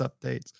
updates